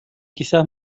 quizá